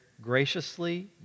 graciously